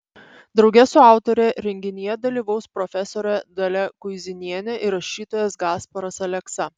drauge su autore renginyje dalyvaus profesorė dalia kuizinienė ir rašytojas gasparas aleksa